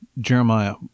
Jeremiah